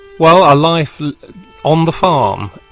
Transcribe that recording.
well a life on the farm,